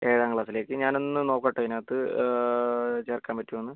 ഏഴാം ക്ലാസ്സിലേക്ക് ഞാൻ ഒന്ന് നോക്കട്ടെ ഇതിനകത്ത് ചേർക്കാൻ പറ്റുമോന്ന്